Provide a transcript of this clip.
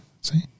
See